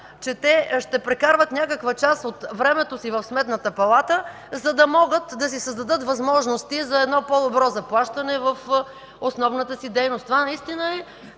че те ще прекарват някаква част от времето си в Сметната палата, за да могат да си създадат възможности за едно по-добро заплащане в основната си дейност. Това наистина е